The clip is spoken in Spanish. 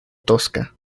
tosca